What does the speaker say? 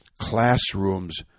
classrooms